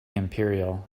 imperial